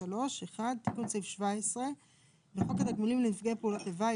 תיקון סעיף 17 בחוק התגמולים לנפגעי פעולות איבה,